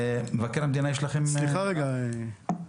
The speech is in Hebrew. אדוני היושב-ראש,